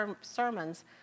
sermons